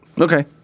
Okay